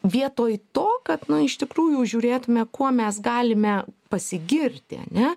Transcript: vietoj to kad iš tikrųjų žiūrėtume kuo mes galime pasigirti ane